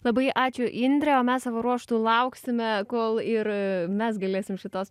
labai ačiū indre o mes savo ruožtu lauksime kol ir mes galėsim šitas